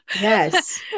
yes